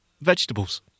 vegetables